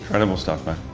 incredible stuff, mate,